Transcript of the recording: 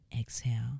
exhale